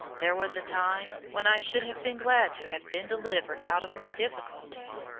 there was a time when i should have been glad to have been delivered out of my difficulties,